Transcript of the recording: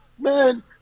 man